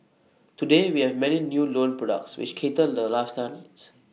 today we have many new loan products which cater lifestyle needs